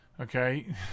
Okay